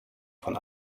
von